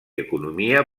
economia